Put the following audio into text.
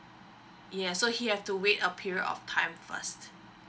ya so he have to wait a period of time first